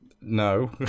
no